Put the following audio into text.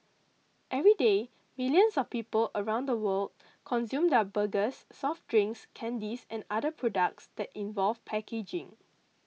everyday millions of people around the world consume their burgers soft drinks candies and other products that involve packaging